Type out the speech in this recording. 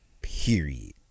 period